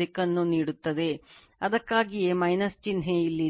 ದಿಕ್ಕನ್ನು ನೀಡುತ್ತದೆ ಅದಕ್ಕಾಗಿಯೇ ಚಿಹ್ನೆ ಇಲ್ಲಿದೆ